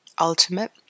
ultimate